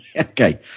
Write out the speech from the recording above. Okay